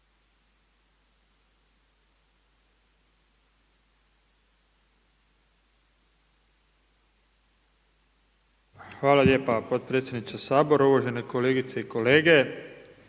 Hvala lijepa potpredsjedniče Sabora, uvažene kolegice i kolege,